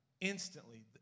instantly